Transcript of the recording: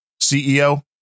CEO